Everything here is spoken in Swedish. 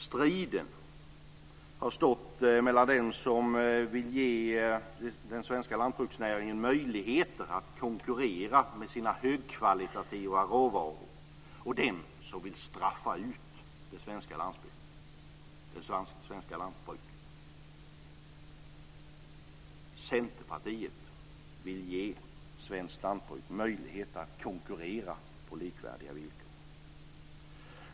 Striden har stått mellan dem som vill ge den svenska lantbruksnäringen möjligheter att konkurrera med sina högkvalitativa råvaror och dem som vill straffa ut det svenska lantbruket. Centerpartiet vill ge svenskt lantbruk möjligheter att konkurrera på likvärdiga villkor.